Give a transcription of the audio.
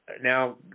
Now